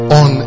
on